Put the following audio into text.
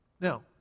Now